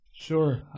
Sure